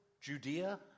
Judea